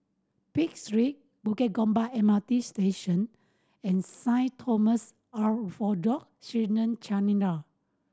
Pick Street Bukit Gombak M R T Station and Saint Thomas Syrian